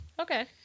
Okay